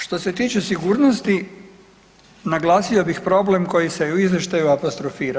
Što se tiče sigurnosti naglasio bi problem koji se u izvještaju apostrofira.